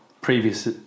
previous